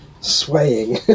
swaying